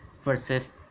versus